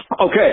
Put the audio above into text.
Okay